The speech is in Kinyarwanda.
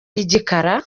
igikara